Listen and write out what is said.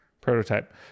Prototype